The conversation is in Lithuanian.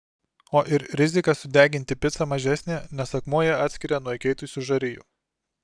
o ir rizika sudeginti picą mažesnė nes akmuo ją atskiria nuo įkaitusių žarijų